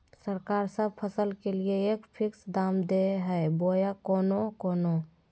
सरकार सब फसल के लिए एक फिक्स दाम दे है बोया कोनो कोनो?